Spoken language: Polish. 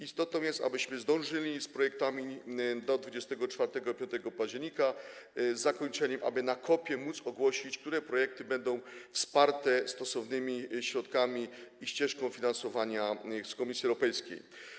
Istotne jest, abyśmy zdążyli z projektami do 24 i 25 października, z zakończeniem, aby na COP-ie móc ogłosić, które projekty będą wsparte stosownymi środkami i ścieżką finansowania z Komisji Europejskiej.